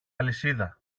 αλυσίδα